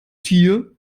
tier